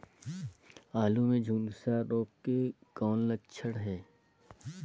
आलू मे झुलसा रोग के कौन लक्षण हे?